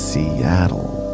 Seattle